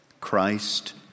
Christ